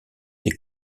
des